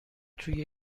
توی